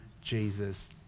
Jesus